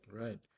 Right